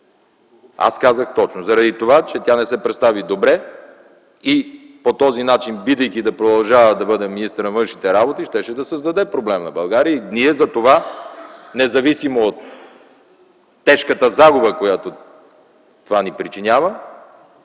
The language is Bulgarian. Аз казах точно. Заради това, че тя не се представи добре и по този начин, бидейки да продължава да бъде министър на външните работи, щеше да създаде проблем на България и ние затова, независимо от тежката загуба, която това ни причинява,